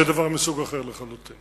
זה דבר מסוג אחר לחלוטין.